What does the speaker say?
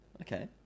okay